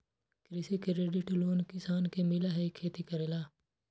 कृषि credit loan किसान के मिलहई खेती करेला?